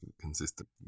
consistent